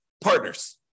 partners